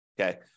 Okay